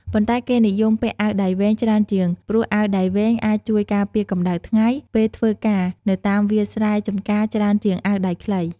ប៉ុន្តែគេនិយមពាក់អាវដៃវែងច្រើនជាង ព្រោះអាវដៃវែងអាចជួយការពារកម្តៅថ្ងៃ ពេលធ្វើការនៅតាមវាលស្រែចំការច្រើនជាងអាវដៃខ្លី។